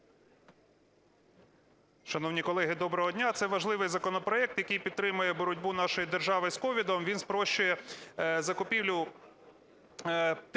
доброго дня!